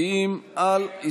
אנחנו מצביעים על,